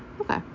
Okay